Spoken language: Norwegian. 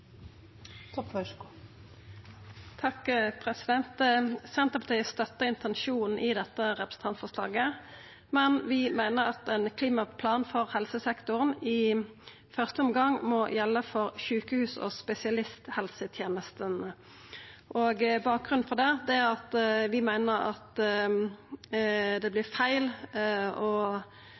intensjonen i dette representantforslaget, men vi meiner at ein klimaplan for helsesektoren i første omgang må gjelda for sjukehus og spesialisthelsetenestene. Bakgrunnen for det er at vi meiner det vert feil og byråkratisk å